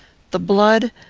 the blood,